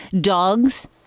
Dogs